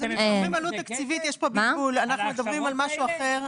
אתם מבקשים על זה כסף על ההכשרות האלה?